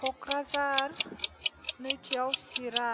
कक्राझार नैथियाव चिरां